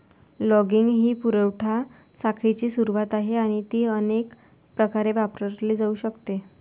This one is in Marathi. लॉगिंग ही पुरवठा साखळीची सुरुवात आहे आणि ती अनेक प्रकारे वापरली जाऊ शकते